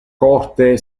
corte